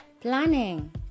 planning